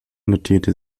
notierte